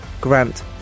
Grant